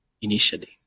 initially